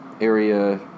Area